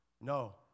No